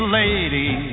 lady